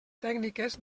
tècniques